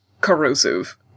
corrosive